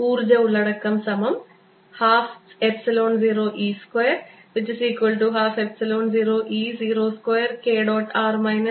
ഊർജ്ജ ഉള്ളടക്കം120E2120E02k